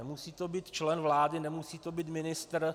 Nemusí to být člen vlády, nemusí to být ministr.